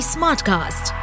Smartcast